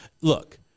look